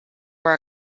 were